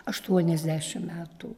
aštuoniasdešim metų